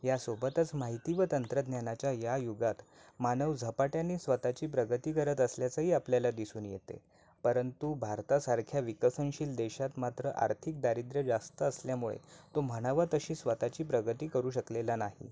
यासोबतच माहिती व तंत्रज्ञानाच्या या युगात मानव झपाट्याने स्वतःची प्रगती करत असल्याचंही आपल्याला दिसून येते परंतु भारतासारख्या विकसनशील देशात मात्र आर्थिक दारिद्र्य जास्त असल्यामुळे तो म्हणावा तशी स्वतःची प्रगती करू शकलेला नाही